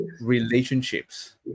relationships